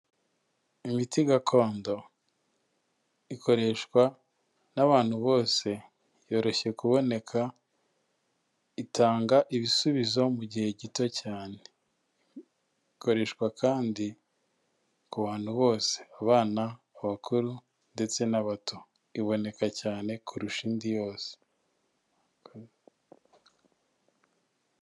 Imiti gakondo ikoreshwa n'abantu bose, yoroshye kuboneka, itanga ibisubizo mu gihe gito cyane, ikoreshwa kandi ku bantu bose, abana, abakuru, ndetse n'abato, iboneka cyane kurusha indi yose.